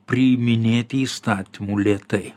priiminėti įstatymų lėtai